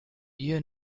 you